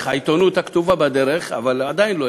העיתונות הכתובה בדרך, אבל עדיין לא.